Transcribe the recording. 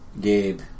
Gabe